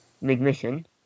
mid-mission